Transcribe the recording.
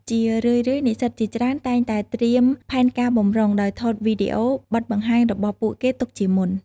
ជារឿយៗ និស្សិតជាច្រើនតែងតែត្រៀមផែនការបម្រុង ដោយថតវីដេអូបទបង្ហាញរបស់ពួកគេទុកជាមុន។